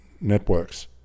networks